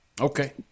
Okay